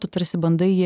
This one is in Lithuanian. tu tarsi bandai jį